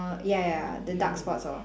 ya ya ya the dark spots hor